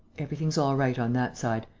everything's all right on that side.